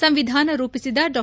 ಸಂವಿಧಾನ ರೂಪಿಸಿದ ಡಾ